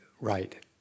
right